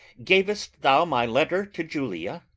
gav'st thou my letter to julia?